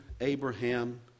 Abraham